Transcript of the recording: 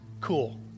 cool